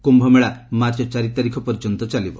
କ୍ୟୁମେଳା ମାର୍ଚ୍ଚ ଚାରି ତାରିଖ ପର୍ଯ୍ୟନ୍ତ ଚାଲିବ